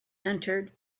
entered